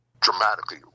dramatically